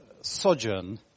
sojourn